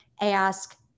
ask